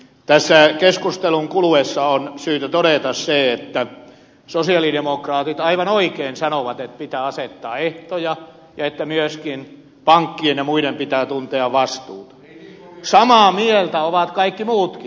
tässä keskustelun kuluessa on syytä todeta se että kun sosialidemokraatit aivan oikein sanovat että pitää asettaa ehtoja ja että myöskin pankkien ja muiden pitää tuntea vastuut niin samaa mieltä ovat kaikki muutkin